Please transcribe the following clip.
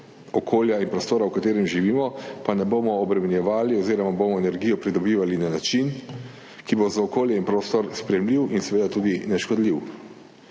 okolja in prostora, v katerem živimo, pa ne bomo obremenjevali oziroma bomo energijo pridobivali na način, ki bo za okolje in prostor sprejemljiv in seveda tudi neškodljiv.